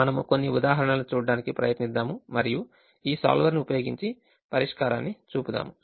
మనము కొన్ని ఉదాహరణలను చూడటానికి ప్రయత్నిద్దాము మరియు ఈ సోల్వర్ ని ఉపయోగించి పరిష్కారాన్ని చూపుదాము